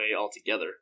altogether